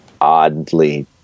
oddly